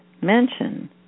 mention